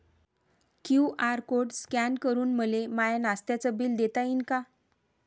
QR code scan करून मले माय नास्त्याच बिल देता येईन का?